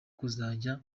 kuzajya